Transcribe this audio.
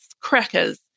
crackers